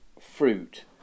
fruit